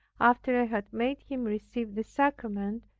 after i had made him receive the sacrament,